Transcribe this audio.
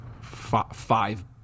five